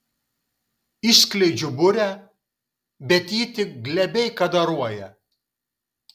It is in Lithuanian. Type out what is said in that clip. išskleidžiu burę bet ji tik glebiai kadaruoja